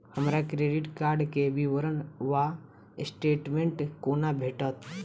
हमरा credit card केँ विवरण वा स्टेटमेंट कोना भेटत?